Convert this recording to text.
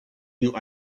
you